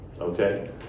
Okay